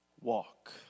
walk